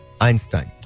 Einstein